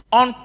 on